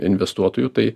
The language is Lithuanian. investuotojų tai